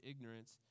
ignorance